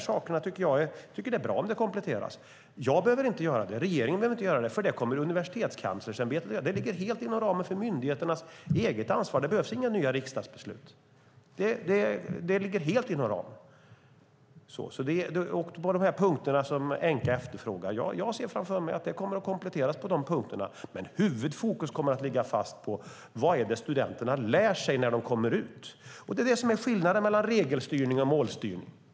Jag tycker att det är bra om det kompletteras. Jag behöver inte göra det, och regeringen behöver inte göra det. Det kommer Universitetskanslerämbetet att göra. Det ligger helt inom ramen för myndigheternas eget ansvar. Det behövs inga nya riksdagsbeslut. Jag ser framför mig att det kommer att kompletteras på de punkter som Enqa anför. Huvudfokus kommer att ligga fast på vad studenterna kan när de kommer ut. Det är skillnaden mellan regelstyrning och målstyrning.